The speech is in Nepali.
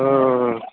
हो हो हो हो